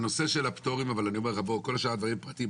כל שאר הדברים פרטיים.